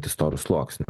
storu sluoksniu